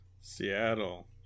Seattle